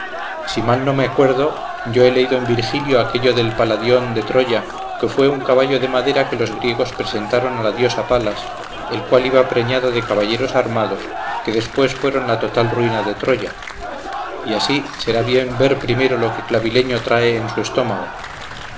si mal no me acuerdo yo he leído en virgilio aquello del paladión de troya que fue un caballo de madera que los griegos presentaron a la diosa palas el cual iba preñado de caballeros armados que después fueron la total ruina de troya y así será bien ver primero lo que clavileño trae en su estómago